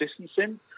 distancing